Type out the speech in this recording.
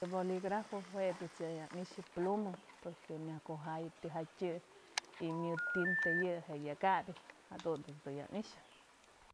Yë boligráfo jue ëjt's ya ni'ixë pluma, porque myaj kujayëo tyjatyë yë y myëd tinta yë je'e yak jabyë, jadunt's ëjt's ya ni'ixë.